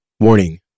Warning